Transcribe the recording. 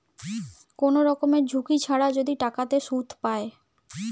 কোন রকমের ঝুঁকি ছাড়া যদি টাকাতে সুধ পায়